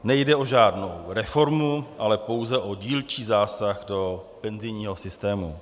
Nejde o žádnou reformu, ale pouze o dílčí zásah do penzijního systému.